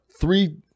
Three